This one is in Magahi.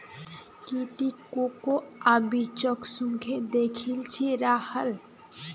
की ती कोकोआ बीजक सुंघे दखिल छि राहल